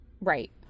Right